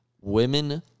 Women